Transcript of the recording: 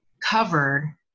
covered